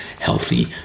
healthy